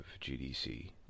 GDC